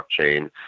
blockchain